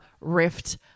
rift